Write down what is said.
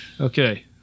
Okay